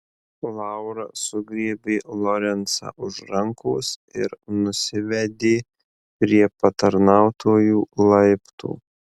laura sugriebė lorencą už rankos ir nusivedė prie patarnautojų laiptų